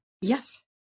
Yes